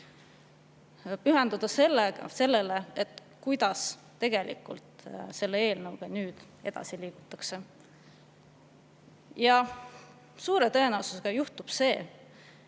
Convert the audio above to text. pühenduda sellele, kuidas tegelikult selle eelnõuga edasi liigutakse. Suure tõenäosusega juhtub see,